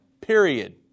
period